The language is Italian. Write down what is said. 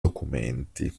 documenti